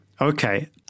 Okay